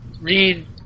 Read